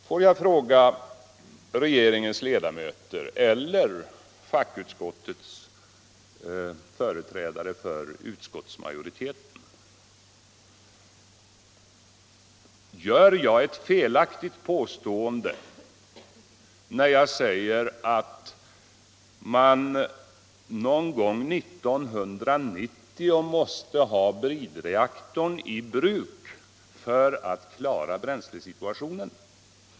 Får jag fråga regeringens ledamöter eller företrädare för fackutskottets majoritet: Gör jag ett felaktigt påstående när jag säger att man någon gång 1990 måste ha bridreaktorn i bruk för att klara bränslesituationen?